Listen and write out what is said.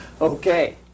Okay